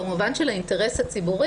במובן של האינטרס הציבורי,